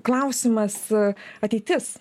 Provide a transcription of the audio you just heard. klausimas a ateitis